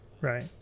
right